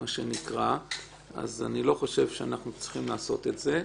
אז אני לא חושב שאנחנו צריכים לעשות את זה.